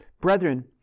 Brethren